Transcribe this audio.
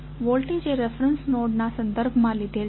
voltage એ reference નોડના સંદર્ભમાં લીધેલ છે